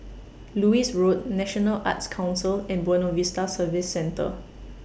Lewis Road National Arts Council and Buona Vista Service Centre